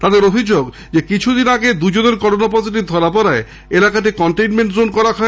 তাদের অভিযোগ ঐ এলাকায় কিছুদিন আগে দুজনের করোনা পজিটিভ ধরা পড়ায় এলাকাটিকে কনটেইনমেন্ট জোন করা হয়